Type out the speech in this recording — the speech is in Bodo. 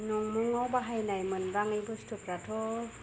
नंमुंआव बाहायनाय मोनबाङै बुस्थुफ्राथ'